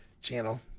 channel